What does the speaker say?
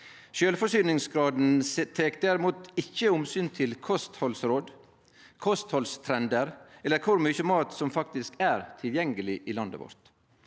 Sjølvforsyningsgraden tek derimot ikkje omsyn til kosthaldsråd, kosthaldstrendar eller kor mykje mat som faktisk er tilgjengeleg i landet vårt.